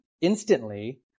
instantly